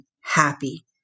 happy